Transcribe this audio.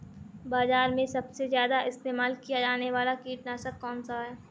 बाज़ार में सबसे ज़्यादा इस्तेमाल किया जाने वाला कीटनाशक कौनसा है?